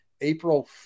April